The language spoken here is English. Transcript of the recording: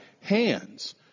hands